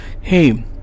hey